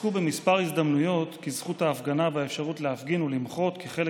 פסקו בכמה הזדמנויות כי זכות ההפגנה והאפשרות להפגין ולמחות כחלק